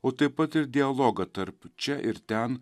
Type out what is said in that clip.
o taip pat ir dialogą tarp čia ir ten